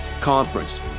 Conference